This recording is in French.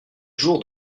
jour